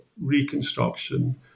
reconstruction